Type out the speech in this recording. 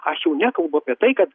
aš jau nekalbu apie tai kad